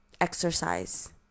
exercise